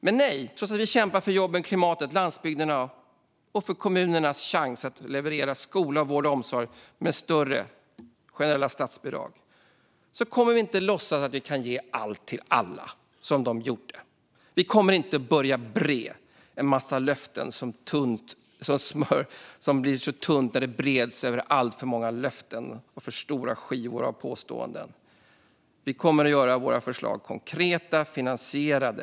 Men nej - trots att vi kämpar för jobben, klimatet, landsbygden och kommunernas chans att leverera skola, vård och omsorg med större generella statsbidrag kommer vi inte att i likhet med andra låtsas att vi kan ge allt till alla. Smöret blir tunt när det breds över alltför många löften och för stora skivor av påståenden. Så kommer vi inte att göra. Vi kommer att göra våra förslag konkreta och finansierade.